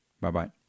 Bye-bye